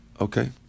Okay